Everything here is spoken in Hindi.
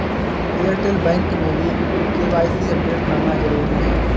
एयरटेल बैंक में भी के.वाई.सी अपडेट करना जरूरी है